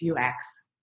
UX